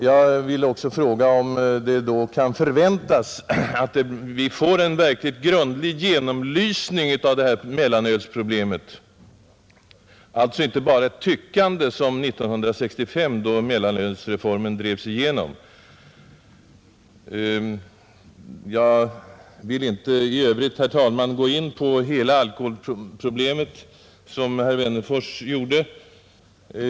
Jag vill också fråga om det kan förväntas att vi hösten 1972 får en verkligt grundlig genomlysning av mellanölsproblemet, alltså inte bara ett tyckande som fallet var 1965, då mellanölsreformen drevs igenom. I övrigt skall jag här inte gå in på hela alkoholproblemet, som herr Wennerfors gjorde.